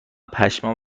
پشمام